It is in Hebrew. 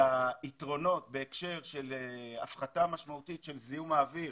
ליתרונות של הפחתה משמעותית של זיהום האוויר